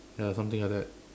ya something like that